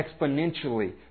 exponentially